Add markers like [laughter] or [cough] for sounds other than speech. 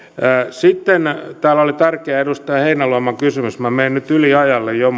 sitten täällä oli tärkeä edustaja heinäluoman kysymys minä menen nyt yliajalle jo [unintelligible]